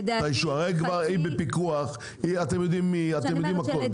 היא בפיקוח, אתם יודעים מיהי, אתם יודעים הכול.